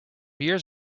years